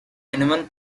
anyone